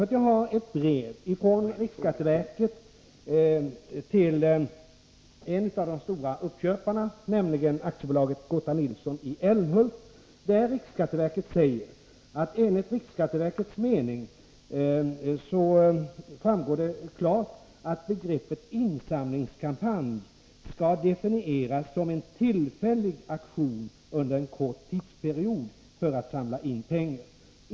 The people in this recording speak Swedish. Jag har ett brev från riksskatteverket till en av de stora uppköparna, AB Gotthard Nilsson i Älmhult. Riksskatteverket skriver att det enligt riksskatteverkets mening står klart att begreppet insamlingskampanj skall definieras som en tillfällig aktion under en kort tidsperiod för att samla in pengar.